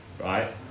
right